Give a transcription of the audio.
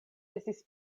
estis